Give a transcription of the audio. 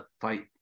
fight